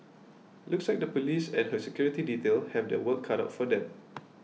looks like the Police and her security detail have their work cut out for them